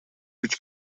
күч